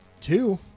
Two